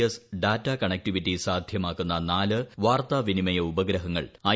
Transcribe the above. S data connectivity ്സാധ്യമാക്കുന്ന നാല് വാർത്താവിനിമയ ഉപഗ്രഹങ്ങൾ ഐ